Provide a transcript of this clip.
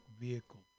vehicle